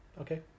okay